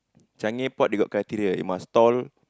Changi Airport they got criteria they must tall